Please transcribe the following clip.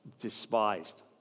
despised